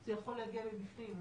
זה יכול להגיע מבפנים.